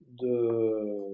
de